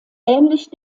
ähnlich